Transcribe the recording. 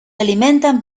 alimentan